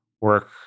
work